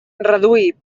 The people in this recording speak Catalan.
reduir